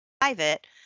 private